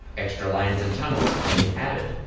extra lanes and tunnels have been added,